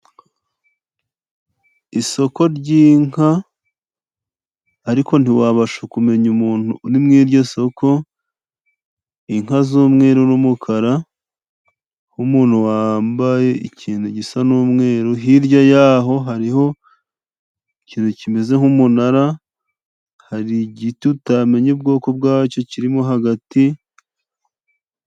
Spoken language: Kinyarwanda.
Isoko ry'inka, ariko ntiwabasha kumenya umuntu uri mwiryo soko, inka z'umweru n'umukara, n'umuntu wambaye ikintu gisa n'umweru ,hirya hariho ikintu kimeze nk'umunara, harigitutamenya ubwoko bwacyo kirimo hagati,